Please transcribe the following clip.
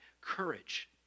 courage